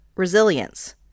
resilience